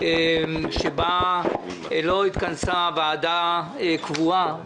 שבה לא התכנסה ועדה קבועה,